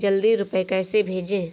जल्दी रूपए कैसे भेजें?